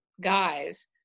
guys